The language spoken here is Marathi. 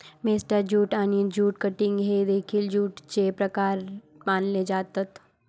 मेस्टा ज्यूट आणि ज्यूट कटिंग हे देखील ज्यूटचे प्रकार मानले जातात